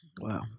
Wow